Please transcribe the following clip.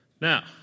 Now